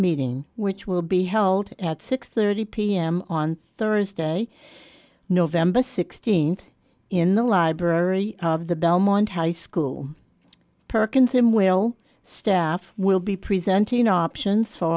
meeting which will be held at six thirty pm on thursday nov sixteenth in the library of the belmont house school perkins him will staff will be presenting option